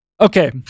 okay